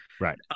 Right